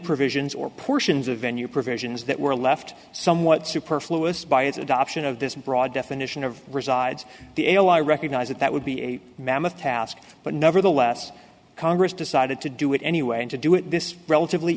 provisions or portions of venue provisions that were left somewhat superfluid by its adoption of this broad definition of resides the a o i recognize that that would be a mammoth task but nevertheless congress decided to do it anyway and to do it this relatively